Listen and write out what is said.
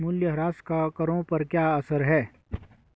मूल्यह्रास का करों पर क्या असर है?